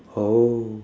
oh